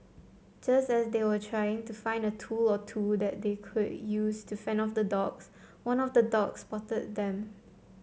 just as they were trying to find a tool or two that they could use to fend off the dogs one of the dogs spotted them